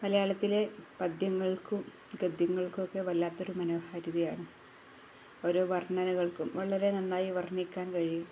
മലയാളത്തിലെ പദ്യങ്ങൾക്കും ഗദ്യങ്ങൾക്കുമൊക്കെ വല്ലാത്തൊരു മനോഹാരിതയാണ് ഓരോ വർണ്ണനകൾക്കും വളരെ നന്നായി വർണ്ണിക്കാൻ കഴിയും